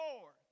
Lord